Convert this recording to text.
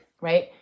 right